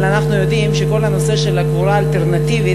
אבל אנחנו יודעים שכל הנושא של הקבורה האלטרנטיבית,